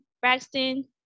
Braxton